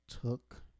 took